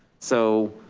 so,